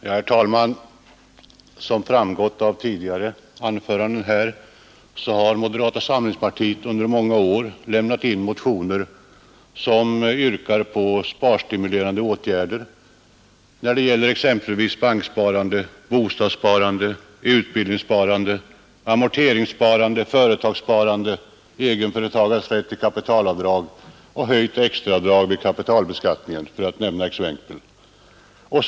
Herr talman! Såsom framgått av tidigare anföranden har moderata samlingspartiet under många år avlämnat motioner som yrkar på sparstimulerande åtgärder när det gäller exempelvis banksparande, bostadssparande, utbildningssparande, amorteringssparande, företagssparande, egenföretagares rätt till kapitalavdrag och höjt extra avdrag vid kapitalbeskattningen, för att nämna några exempel.